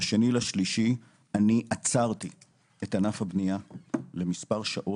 ב-2 במרץ עצרתי את ענף הבנייה למספר שעות,